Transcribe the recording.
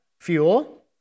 fuel